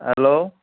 hello